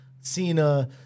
Cena